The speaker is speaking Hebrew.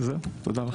תודה.